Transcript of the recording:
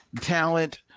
talent